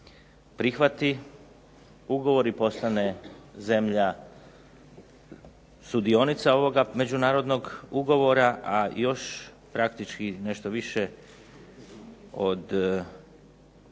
prihvati ugovor i postane zemlja sudionica ovoga međunarodnog ugovora, a još praktički nešto manje od